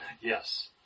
Yes